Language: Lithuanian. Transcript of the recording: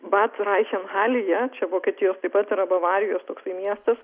batraichenhalyje čia vokietijos taip pat yra bavarijos toksai miestas